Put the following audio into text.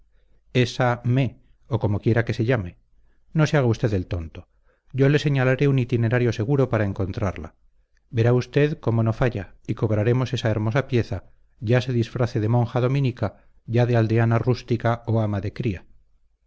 esa mé o como quiera que se llame no se haga usted el tonto yo le señalaré un itinerario seguro para encontrarla verá usted como no falla y cobraremos esa hermosa pieza ya se disfrace de monja dominica ya de aldeana rústica o ama de cría